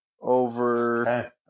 over